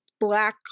black